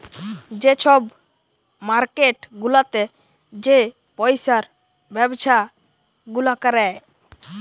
যে ছব মার্কেট গুলাতে যে পইসার ব্যবছা গুলা ক্যরে